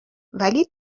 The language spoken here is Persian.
ولی